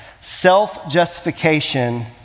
self-justification